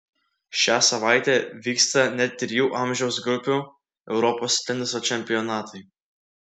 šią savaitę vyksta net trijų amžiaus grupių europos teniso čempionatai